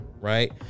right